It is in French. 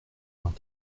vingt